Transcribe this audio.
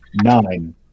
nine